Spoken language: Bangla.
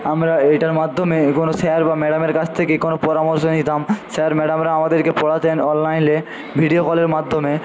আমরা এটার মাধ্যমে কোনো স্যার বা ম্যাডামের কাছ থেকে কোনো পরামর্শ নিতাম স্যার ম্যাডামরা আমাদেরকে পড়াতেন অনলাইনে ভিডিও কলের মাধ্যমে